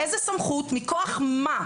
מאיזו סמכות ומכוח מה?